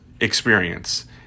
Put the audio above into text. experience